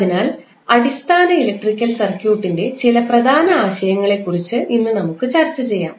അതിനാൽ അടിസ്ഥാന ഇലക്ട്രിക്കൽ സർക്യൂട്ടിന്റെ ചില പ്രധാന ആശയങ്ങളെക്കുറിച്ച് ഇന്ന് നമുക്ക് ചർച്ച ചെയ്യാം